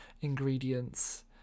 ingredients